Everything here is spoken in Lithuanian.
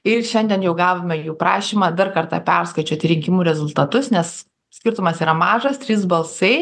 ir šiandien jau gavome jų prašymą dar kartą perskaičiuoti rinkimų rezultatus nes skirtumas yra mažas trys balsai